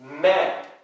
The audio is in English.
men